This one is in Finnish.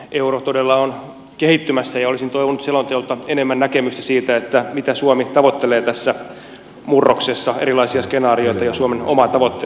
euro todella on kehittymässä ja olisin toivonut selonteolta enemmän näkemystä siitä mitä suomi tavoittelee tässä murroksessa erilaisia skenaarioita ja suomen omaa tavoitteenasettelua